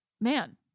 man